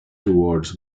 toward